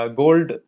gold